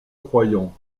croyants